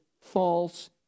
false